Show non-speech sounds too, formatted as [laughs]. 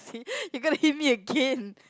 [laughs] you're gonna hit me again